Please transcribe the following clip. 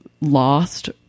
lost